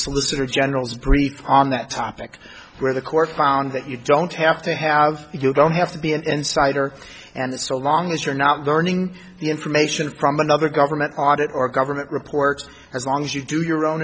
solicitor general's brief on that topic where the court found that you don't have to have you don't have to be an insider and that so long as you're not learning the information from another government audit or government report as long as you do your own